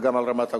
וגם על רמת-הגולן,